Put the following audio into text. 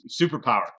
superpower